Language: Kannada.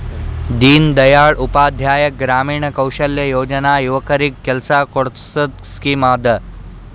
ದೀನ್ ದಯಾಳ್ ಉಪಾಧ್ಯಾಯ ಗ್ರಾಮೀಣ ಕೌಶಲ್ಯ ಯೋಜನಾ ಯುವಕರಿಗ್ ಕೆಲ್ಸಾ ಕೊಡ್ಸದ್ ಸ್ಕೀಮ್ ಅದಾ